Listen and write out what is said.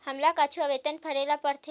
हमला कुछु आवेदन भरेला पढ़थे?